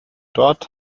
dort